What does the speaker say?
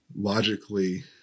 logically